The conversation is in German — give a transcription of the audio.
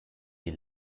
die